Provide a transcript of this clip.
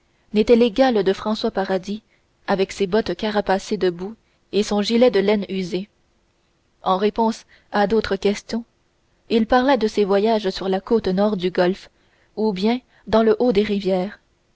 n'était l'égal de françois paradis avec ses bottes carapacées de boue et son gilet de laine usé en réponse à d'autres questions il parla de ses voyages sur la côte nord du golfe ou bien dans le haut des rivières